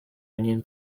union